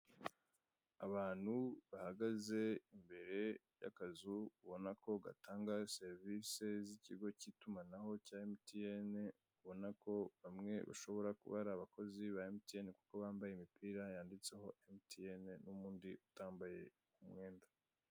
Abantu bahagaze imbere y'akazu ubona ko gatanga serivise z'ikigo cy'itumanaho cya mtn, bamwe urabona ko ari abakozi ba mtn, kuko bambaye imipira yanditseho mtn n'undi utambaye umwenda.